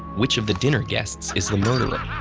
which of the dinner guests is the murderer?